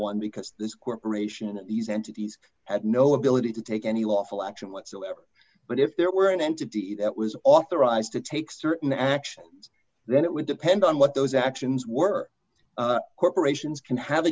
one because this corporation and these entities had no ability to take any lawful action whatsoever but if there were an entity that was authorized to take certain actions then it would depend on what those actions were corporations can have